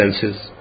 senses